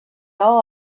all